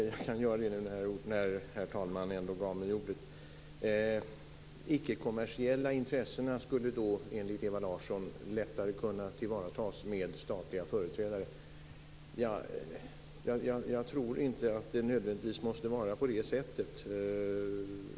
Herr talman! Enligt Ewa Larsson skulle de icke kommersiella intressena lättare kunna tillvaratas med statliga företrädare. Ja, jag tror inte att det nödvändigtvis måste vara på det sättet.